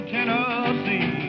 Tennessee